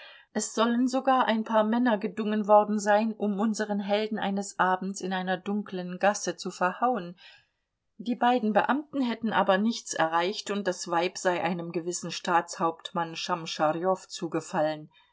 es sollen sogar ein paar männer gedungen worden sein um unseren helden eines abends in einer dunklen gasse zu verhauen die beiden beamten hätten aber nichts erreicht und das weib sei einem gewissen stabshauptmann schamscharjow zugefallen